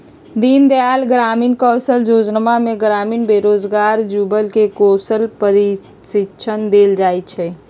दीनदयाल ग्रामीण कौशल जोजना में ग्रामीण बेरोजगार जुबक के कौशल प्रशिक्षण देल जाइ छइ